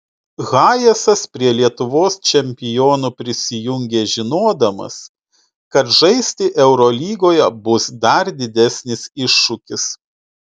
hayesas prie lietuvos čempionų prisijungė žinodamas kad žaisti eurolygoje bus dar didesnis iššūkis